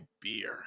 beer